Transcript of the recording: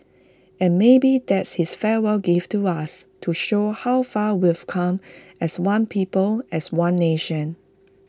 and maybe that's his farewell gift to us to show how far we've come as one people as one nation